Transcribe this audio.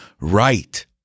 right